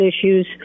issues